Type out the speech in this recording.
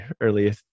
early